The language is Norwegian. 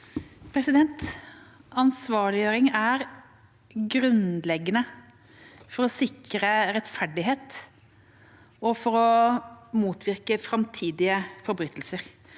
Ansvarliggjøring er grunnleggende for å sikre rettferdighet og motvirke framtidige forbrytelser.